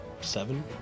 seven